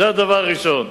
זה הדבר הראשון.